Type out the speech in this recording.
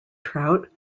trout